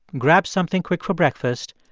grabs something quick for breakfast,